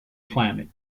climate